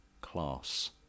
Class